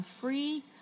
free